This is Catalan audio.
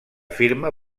firma